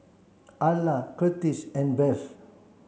Arla Kurtis and Bev